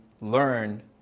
learn